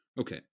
Okay